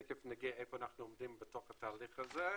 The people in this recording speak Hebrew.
תיכף נגיע לאיפה אנחנו עומדים בתוך התהליך הזה.